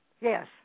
Yes